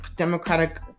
Democratic